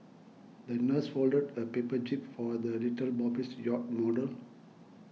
the nurse folded a paper jib for the little yacht model